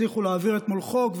הצליחו להעביר אתמול חוק,